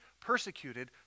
persecuted